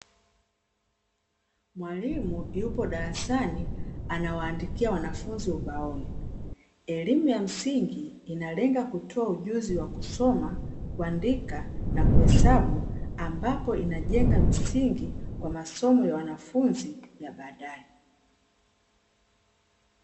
Mwalimu yupo darasani anawaandikia wanafunzi ubaoni, elimu ya msingi inalenga kutoa ujuzi wa kusoma, kuandika na kuhesabu ambapo inajenga msingi kwa masomo ya wanafunzi ya baadae.